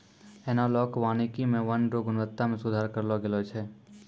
एनालाँक वानिकी मे वन रो गुणवत्ता मे सुधार करलो गेलो छै